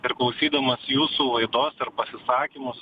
ir klausydamas jūsų laidos ir pasisakymus